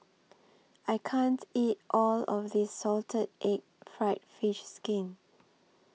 I can't eat All of This Salted Egg Fried Fish Skin